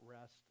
rest